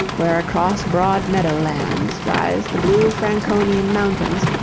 where across broad meadow-lands, rise the blue franconian mountains,